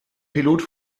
pilot